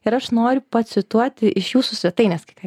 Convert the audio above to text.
ir aš noriu pacituoti iš jūsų svetainės kai ką